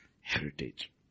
Heritage